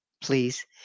Please